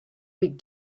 big